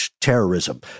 terrorism